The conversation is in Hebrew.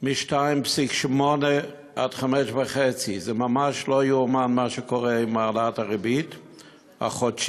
מ-2.8% עד 5.5%. זה ממש לא ייאמן מה שקורה עם העלאת הריבית החודשית.